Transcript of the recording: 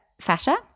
fascia